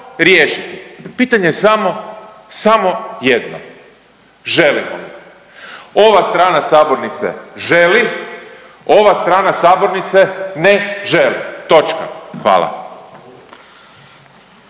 pitanje je samo, samo jedno želimo. Ova strana sabornice želi, ova strana sabornice ne želi. Točka. Hvala.